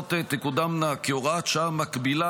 שההצעות תקודמנה כהוראת שעה מקבילה